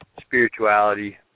spirituality